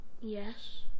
Yes